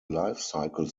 lifecycle